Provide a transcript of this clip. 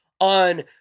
on-